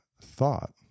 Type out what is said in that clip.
thought